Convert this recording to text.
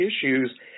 issues